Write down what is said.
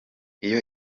iyo